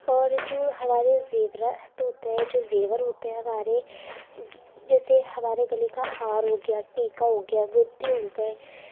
اور جو ہمارے زیورات ہوتے جو زیور ہوتے ہیں ہمارے جیسے ہمارے گلے کا ہار ہو گیا ٹیکا ہو گیا گدے ہو گئے